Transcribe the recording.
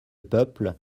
peuple